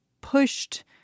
pushed